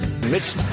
Mitch